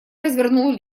развернул